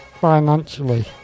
financially